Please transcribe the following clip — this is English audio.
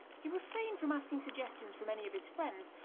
he refrained from asking suggestions from any of his friends,